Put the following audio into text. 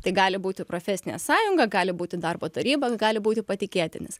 tai gali būti profesinė sąjunga gali būti darbo taryba gali būti patikėtinis